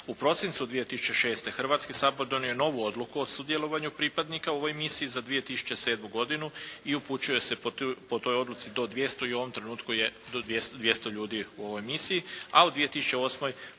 U prosincu 2006. Hrvatski sabor donio je novu odluku o sudjelovanju pripadnika u ovoj misiji za 2007. godinu i upućuje se po toj odluci do 200 i u ovom trenutku je do 200 ljudi u ovoj misiji, a u 2008.